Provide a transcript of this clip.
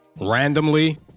randomly